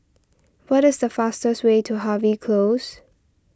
what is the fastest way to Harvey Close